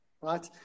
right